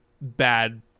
bad